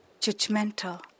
judgmental